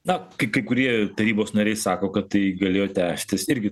na ka kai kurie tarybos nariai sako kad tai galėjo tęstis irgi